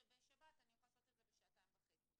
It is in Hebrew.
כשבשבת אני יכולה לעשות את זה בשעתיים וחצי.